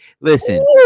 listen